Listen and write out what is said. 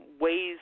ways